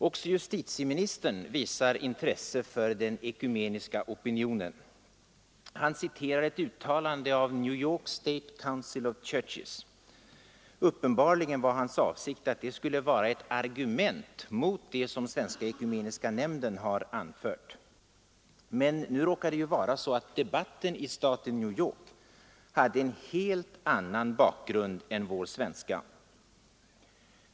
Också justitieministern visade intresse för den ekumeniska opinionen. Han citerade ett uttalande av New York State Council of Churches. Uppenbarligen var hans avsikt att det skulle vara ett argument mot vad Svenska ekumeniska nämnden har anfört, men det råkar vara så att debatten i staten New York hade en helt annan bakgrund än vår svenska.